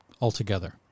altogether